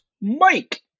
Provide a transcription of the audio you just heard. Mike